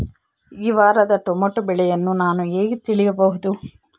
ಈ ವಾರದ ಟೊಮೆಟೊ ಬೆಲೆಯನ್ನು ನಾನು ಹೇಗೆ ತಿಳಿಯಬಹುದು?